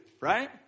Right